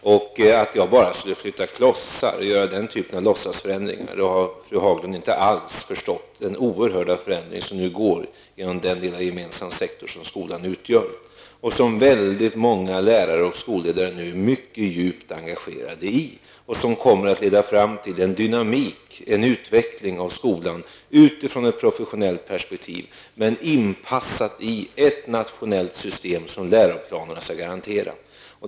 Att fru Haglund säger att jag bara skulle flytta klotsar och göra den typen av låtsasförändringar innebär att hon inte alls har förstått den oerhörda förändring som nu sker i den delen av den gemensamma sektorn som skolan utgör. Väldigt många lärare och skolledare är mycket djupt engagerade i denna förändring, som kommer att leda fram till en dynamik, en utveckling av skolan utifrån ett professionellt perspektiv. Det skall dock inpassas i ett nationellt system som läroplanerna skall garantera.